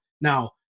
Now